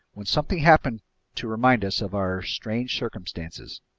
when something happened to remind us of our strange circumstances.